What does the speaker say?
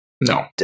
No